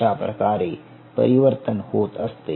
अशाप्रकारे परिवर्तन होत असते